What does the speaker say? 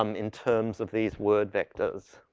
um in terms of these word vectors.